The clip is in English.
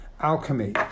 alchemy